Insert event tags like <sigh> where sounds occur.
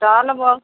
<unintelligible>